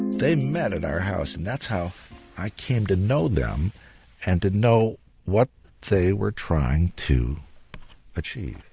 they'd met at our house and that's how i came to know them and to know what they were trying to achieve.